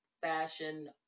fashion